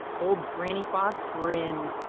old granny fox grinned.